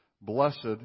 Blessed